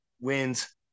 wins